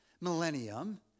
millennium